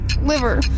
Liver